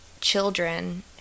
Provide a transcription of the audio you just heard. children